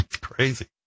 crazy